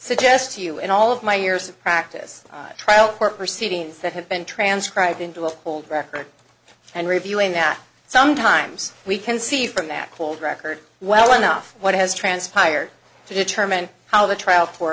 suggest to you in all of my years of practice trial court proceedings that have been transcribed into an old record and reviewing that sometimes we can see from that cold record well enough what has transpired to determine how the trial